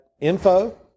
info